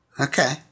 Okay